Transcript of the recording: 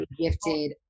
gifted